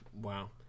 Wow